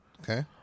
Okay